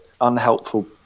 unhelpful